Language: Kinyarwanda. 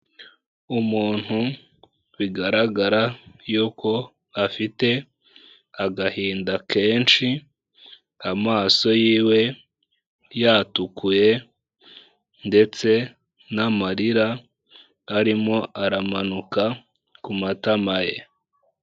Umuntu bigaragara yuko afite agahinda kenshi, amaso yiwe yatukuye ndetse n'amarira arimo aramanuka ku matama ye.